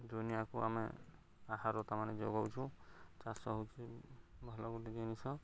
ଦୁନିଆକୁ ଆମେ ଆହାର ତା'ମାନେ ଯୋଗାଉଛୁ ଚାଷ ହେଉଛି ଭଲ ଗୋଟେ ଜିନିଷ